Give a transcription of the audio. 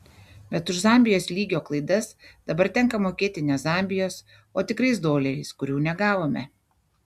bet už zambijos lygio klaidas dabar tenka mokėti ne zambijos o tikrais doleriais kurių negavome